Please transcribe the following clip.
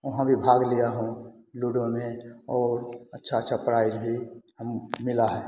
वहाँ भी भाग लिया हूँ लूडो में ओ अच्छा अच्छा प्राइज़ भी हम मिला है